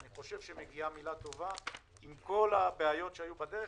מגיעה מילה טובה, עם כל הבעיות שהיו בדרך.